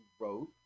wrote